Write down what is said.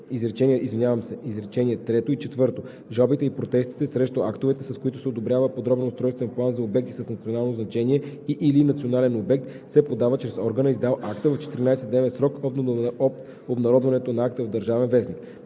и четвърто: „Жалбите и протестите срещу актове, с които се одобрява подробен устройствен план за обект с национално значение и/или национален обект, се подават чрез органа, издал акта, в 14-дневен срок от обнародването на акта в „Държавен вестник“.